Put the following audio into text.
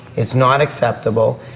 it's not acceptable,